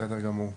בסדר גמור.